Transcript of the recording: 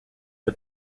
but